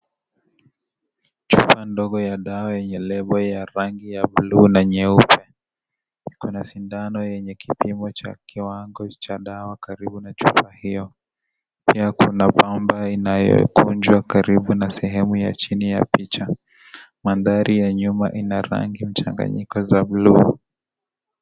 Chupa ndogo ya dawa yenye lebo ya rangi ya bluu na nyeupe ikona sindano yenye kiwango cha kipimo cha kiwango cha dawa karibu na chupa hio. Pia kuna pamba inayokunjwa karibu na sehemu ya chini ya picha , mandhari ya nyuma ina rangi mchanganyiko za bluu.